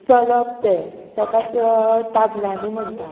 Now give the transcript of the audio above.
चलप ते ताका ताबलांनी म्हणटा